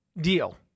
deal